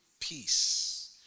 Peace